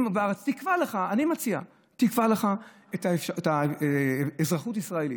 אני מציע, תקבע לך אזרחות ישראלית.